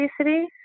obesity